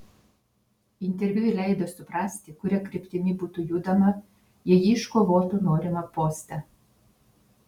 interviu ji leido suprasti kuria kryptimi būtų judama jei ji iškovotų norimą postą